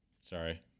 sorry